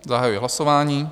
Zahajuji hlasování.